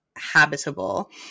Habitable